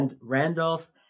Randolph